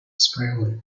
sparingly